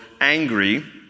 angry